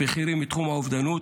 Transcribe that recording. בכירים מתחום האובדנות.